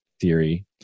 Theory